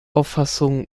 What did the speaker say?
auffassung